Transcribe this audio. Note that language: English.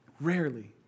Rarely